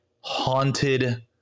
haunted